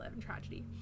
tragedy